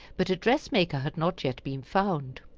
but a dress-maker had not yet been found.